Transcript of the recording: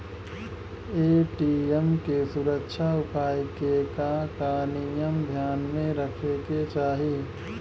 ATM के सुरक्षा उपाय के का का नियम ध्यान में रखे के चाहीं?